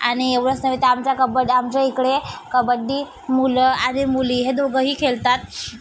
आणि एवढंच नव्हे तर आमच्या कब्ब आमच्या इकडे कबड्डी मुलं आणि मुली हे दोघंही खेळतात